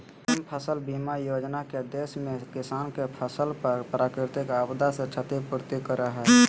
PM फसल बीमा योजना के देश में किसान के फसल पर प्राकृतिक आपदा से क्षति पूर्ति करय हई